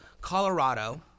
Colorado